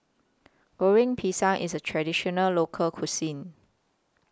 Goreng Pisang IS A Traditional Local Cuisine